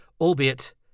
albeit